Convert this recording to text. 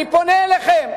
אני פונה אליכם.